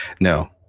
No